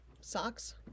Socks